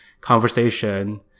conversation